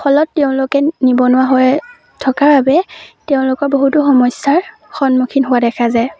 ফলত তেওঁলোকে নিবনুৱা হৈ থকাৰ বাবে তেওঁলোকৰ বহুতো সমস্যাৰ সন্মুখীন হোৱা দেখা যায়